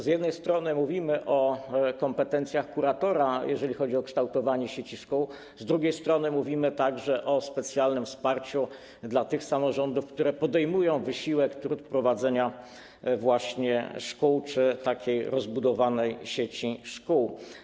Z jednej strony mówimy o kompetencjach kuratora, jeżeli chodzi o kształtowanie sieci szkół, z drugiej strony mówimy także o specjalnym wsparciu dla tych samorządów, które podejmują wysiłek, trud prowadzenia właśnie szkół czy rozbudowanej sieci szkół.